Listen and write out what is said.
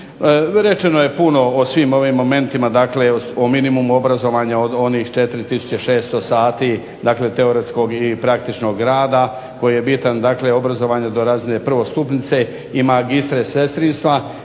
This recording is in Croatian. Rečeno je puno o svim ovim momentima, dakle o minimumu obrazovanja, o onih 4 tisuće 600 sati dakle teoretskog i praktičnog rada, koji je bitan, dakle obrazovanje do razine prvostupnice i magistre sestrinstva,